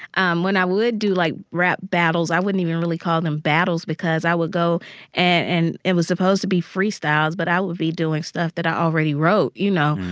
um when i would do, like, rap battles i wouldn't even really call them battles because i would go and it was supposed to be freestyles, but i would be doing stuff that i already wrote, you know.